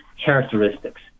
characteristics